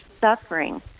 suffering